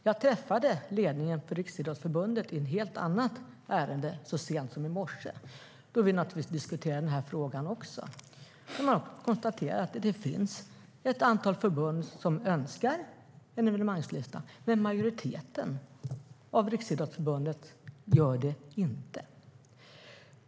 Jag träffade ledningen för Riksidrottsförbundet i ett helt annat ärende så sent som i morse, då vi naturligtvis diskuterade denna fråga också. De konstaterade att det finns ett antal förbund som önskar en evenemangslista, men majoriteten i Riksidrottsförbundet gör det inte.